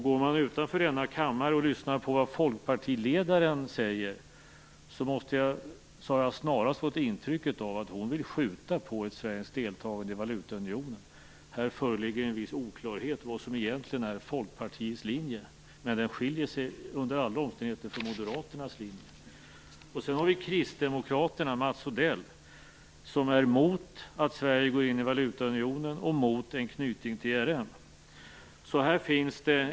När det gäller det som folkpartiledaren utanför denna kammare säger har jag snarast fått intrycket att hon vill skjuta på ett svenskt deltagande i valutaunionen. Här föreligger en viss oklarhet om vad som egentligen är Folkpartiets linje. Under alla omständigheter skiljer den sig från Moderaternas linje. Vidare har vi Kristdemokraterna och Mats Odell, som är mot att Sverige går in i valutaunionen och mot en knytning till ERM.